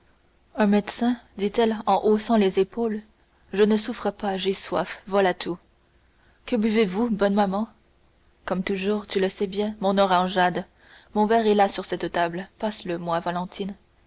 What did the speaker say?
un médecin dit-elle en haussant les épaules je ne souffre pas j'ai soif voilà tout que buvez vous bonne maman comme toujours tu le sais bien mon orangeade mon verre est là sur cette table passe le moi valentine